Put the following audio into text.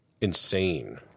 insane